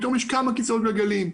פתאום יש כמה כיסאות גלגלים,